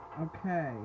Okay